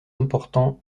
importants